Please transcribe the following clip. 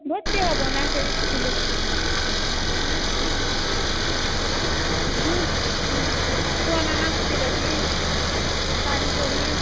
ভর্তিহবো নাচের স্কুলে হুম না নাচ ছিল জি শাড়ি পরি